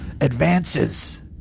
advances